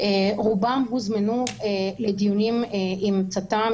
רובם הוזמנו לדיונים עם צט"מ,